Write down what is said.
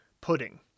pudding